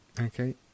Okay